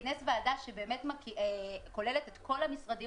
הוא כינס ועדה שבאמת כוללת את כל המשרדים